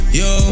yo